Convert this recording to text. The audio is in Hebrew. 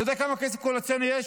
אתה יודע כמה כסף קואליציוני יש?